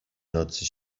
nocy